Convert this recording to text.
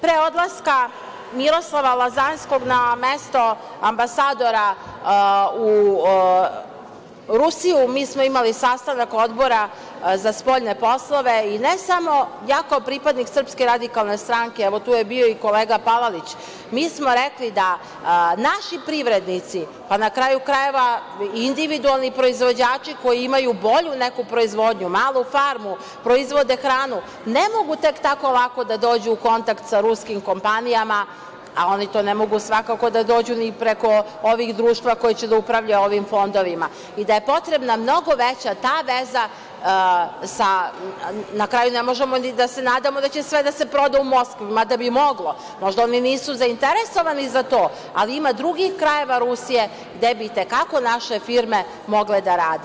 Pre odlaska Miroslava Lazanjskog na mesto ambasadora u Rusiju, mi smo imali sastanak Odbora za spoljne poslove i ne samo ja kao pripadnik SRS, evo, tu je bio i kolega Palalić, mi smo rekli da naši privrednici, pa, na kraju krajeva, individualni proizvođači koji imaju bolju neku proizvodnju, malu farmu, proizvode hranu, ne mogu tek tako lako da dođu u kontakt sa ruskim kompanijama, a oni tu ne mogu svakako da dođu ni preko ovih društava koji će da upravljaju ovim fondovima i da je potrebna mnogo veća ta veza, na kraju ne možemo ni da se nadamo da će sve da se proda u Moskvi, mada bi moglo, možda oni nisu zainteresovani za to, ali ima drugih krajeva Rusije gde bi i te kako naše firme mogle da rade.